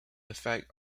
effect